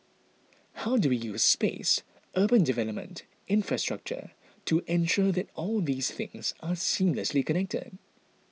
how do we use space urban development infrastructure to ensure that all these things are seamlessly connected